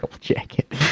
jacket